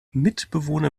mitbewohner